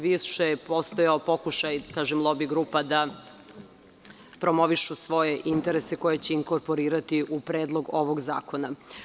Više je postojao pokušaj lobi grupa da promovišu svoje interese koje će inkorporirati u Predlog zakona.